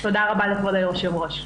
תודה רבה לכבוד היושב-ראש.